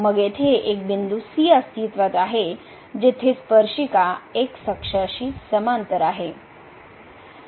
मग येथे एक बिंदू c अस्तित्वात आहे जेथे स्पर्शिका x अक्षाशी समांतर आहे